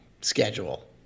schedule